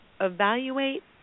evaluate